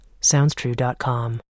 SoundsTrue.com